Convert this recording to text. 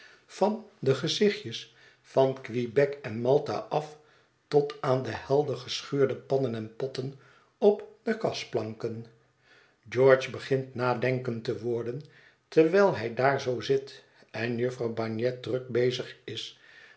van de gezichtjes van quebec en malta af tot aan de helder geschuurde pannen en potten op de kasplanken george begint nadenkend te worden terwijl hij daar zoo zit en jufvrouw bagnet druk bezig is